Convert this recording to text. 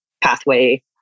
pathway